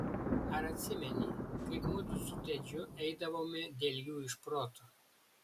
ar atsimeni kaip mudu su tedžiu eidavome dėl jų iš proto